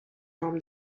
نام